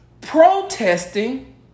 protesting